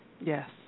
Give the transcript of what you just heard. Yes